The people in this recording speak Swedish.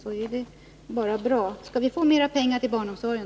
Det är i så fall bara bra. Skall vi alltså få mera pengar till barnomsorgen?